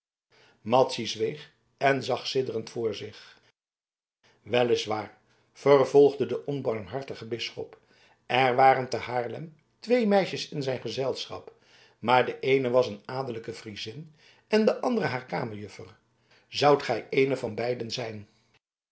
madzy zweeg en zag sidderend voor zich wel is waar vervolgde de onbarmhartige bisschop er waren te haarlem twee meisjes in zijn gezelschap maar de eene was een adellijke friezin en de andere haar kamerjuffer zoudt gij eene van beiden zijn